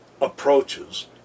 approaches